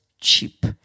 cheap